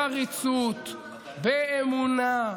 בחריצות, באמונה,